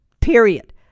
Period